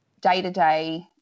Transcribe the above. day-to-day